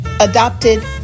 adopted